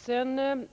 Sedan